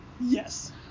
Yes